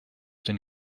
den